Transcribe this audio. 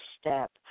step